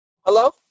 Hello